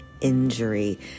injury